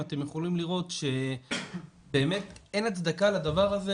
אתם יכולים לראות שבאמת אין הצדקה לדבר הזה,